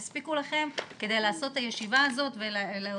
יספיקו לכם כדי לעשות את הישיבה הזאת ולהודיע